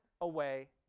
away